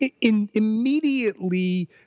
immediately